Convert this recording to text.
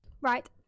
right